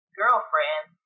girlfriend